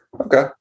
Okay